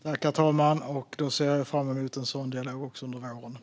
Herr talman! Jag ser också fram emot en sådan dialog under våren.